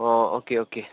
ꯑꯣ okay okay